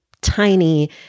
tiny